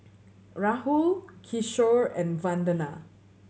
Rahul Kishore and Vandana